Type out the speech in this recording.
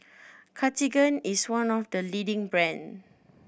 Cartigain is one of the leading brand